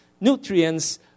nutrients